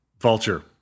Vulture